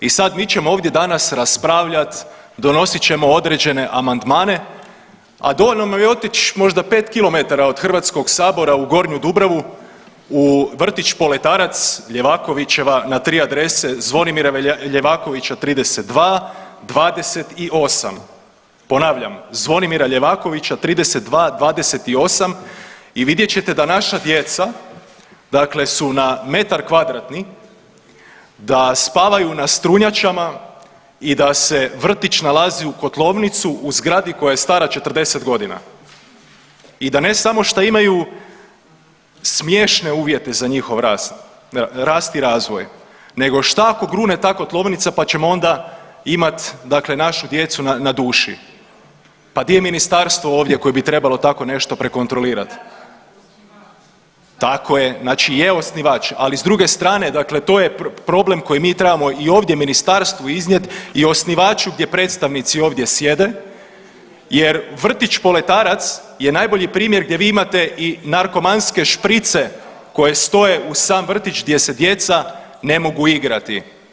I sad mi ćemo ovdje danas raspravljat, donosit ćemo određene amandmane, a dovoljno nam je otići možda 5 km od Hrvatskog sabora u Gornju Dubravu u Vrtić Poletarac, Ljevakovićeva na tri adrese Zvonimira Ljevakovića 32, 28, ponavljam Zvonimira Ljevakovića 32, 28 i vidjet ćete da naša djeca dakle su na metar kvadratni, da spavaju na strunjačama i da se vrtić nalazi u kotlovnici u zgradi koja je stara 40.g. i da ne samo šta imaju smiješne uvjete za njihov rast, rast i razvoj, nego šta ako grune ta kotlovnica pa ćemo onda imat dakle našu djecu na duši, pa di je ministarstvo ovdje koje bi trebalo tako nešto prekontrolirat. … [[Upadica iz klupe se ne razumije]] Tako je, znači je osnivač, ali s druge strane dakle to je problem koji mi trebamo i ovdje ministarstvu iznijet i osnivaču gdje predstavnici ovdje sjede jer vrtić „Poletarac“ je najbolji primjer gdje vi imate i narkomanske šprice koje stoje uz sam vrtić gdje se djeca ne mogu igrati.